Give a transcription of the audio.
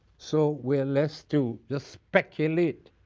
so we are left to to speculate